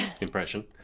impression